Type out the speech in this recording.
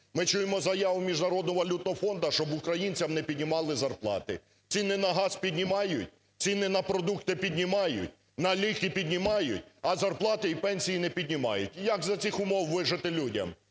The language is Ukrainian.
Ми чуємо заяву Міжнародного валютного фонду, щоб українцям не піднімали зарплати. Ціни на газ піднімають, ціни на продукти піднімають, на ліки піднімають, а зарплати і пенсії не піднімають. І як за цих умов вижити людям?